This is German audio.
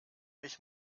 ich